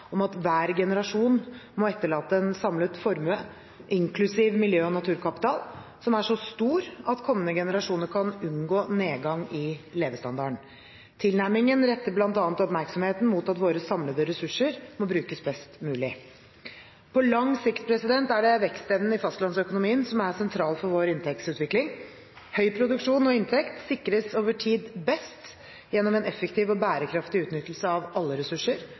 om at hver generasjon må etterlate en samlet formue, inklusiv miljø- og naturkapital, som er så stor at kommende generasjoner kan unngå nedgang i levestandarden. Tilnærmingen retter bl.a. oppmerksomheten mot at våre samlede ressurser må brukes best mulig. På lang sikt er det vekstevnen i fastlandsøkonomien som er sentral for vår inntektsutvikling. Høy produksjon og inntekt sikres over tid best gjennom en effektiv og bærekraftig utnyttelse av alle ressurser,